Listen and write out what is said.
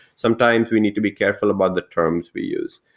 sometimes we need to be careful about the terms we use,